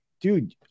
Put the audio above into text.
dude